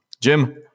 Jim